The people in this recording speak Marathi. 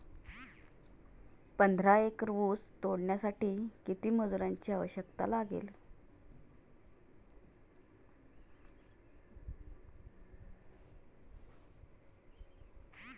पंधरा एकर ऊस तोडण्यासाठी किती मजुरांची आवश्यकता लागेल?